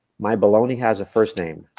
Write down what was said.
my bologna has a first name,